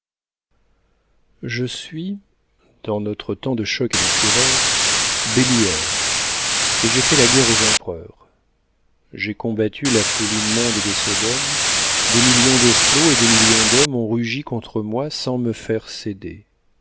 je suis dans notre temps de chocs et de fureurs belluaire et j'ai fait la guerre aux empereurs j'ai combattu la foule immonde des sodomes des millions de flots et des millions d'hommes ont rugi contre moi sans me faire céder